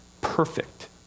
perfect